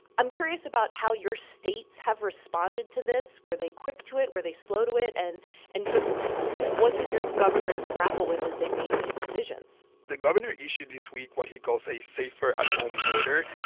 i'm curious about how your states have responded to this. were they quick to it? were they slow to it? and and sort of what did your governors grapple with as they made these decisions? the governor issued, this week, what he calls a safer-at-home order.